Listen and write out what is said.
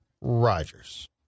Rodgers